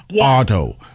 auto